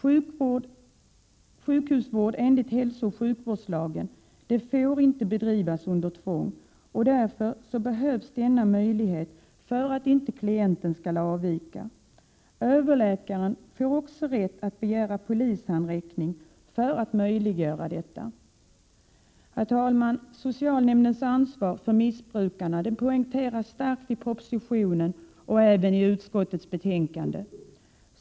Sjukhusvård enligt hälsooch sjukvårdslagen får inte bedrivas under tvång, och därför behövs denna möjlighet för att klienten inte skall avvika. Överläkaren får också rätt att begära polishandräckning för att förhindra detta. Herr talman! Socialnämndens ansvar för missbrukarna poängteras starkt i propositionen och även i utskottets betänkande.